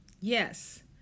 yes